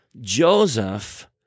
Joseph